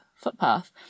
Footpath